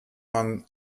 man